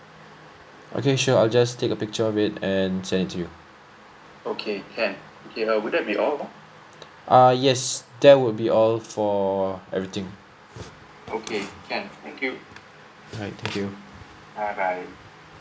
okay sure I'll just take a picture of it and send it to you okay err yes that will be all for everything right thank you